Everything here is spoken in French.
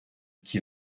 qui